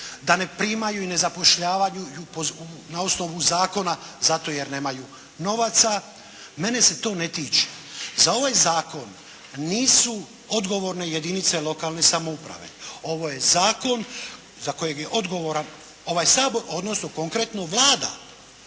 Da ne primaju i ne zapošljavaju na osnovu zakona zato jer nemaju novaca. Mene se to ne tiče. Za ovaj zakon nisu odgovorne jedinice lokalne samouprave. Ovo je zakon za kojeg je odgovoran ovaj Sabor odnosno konkretno Vlada.